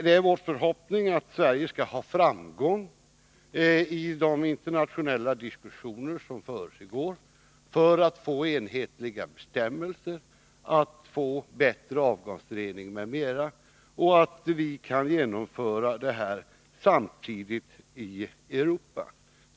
Det är vår förhoppning att Sverige skall ha framgång i de internationella diskussioner som försiggår samt få till stånd enhetliga bestämmelser om bättre avgasrening m.m. och att vi kan genomföra dem samtidigt i Europa.